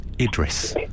Idris